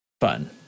fun